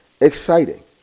exciting